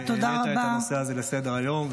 שהעלית את הנושא הזה לסדר-היום,